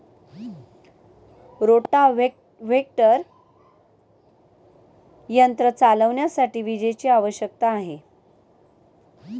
rotavator यंत्र चालविण्यासाठी विजेची आवश्यकता आहे